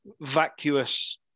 vacuous